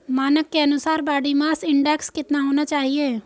मानक के अनुसार बॉडी मास इंडेक्स कितना होना चाहिए?